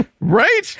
Right